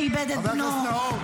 שאיבד את בנו ----- נאור,